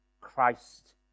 Christ